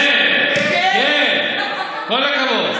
אין חברים.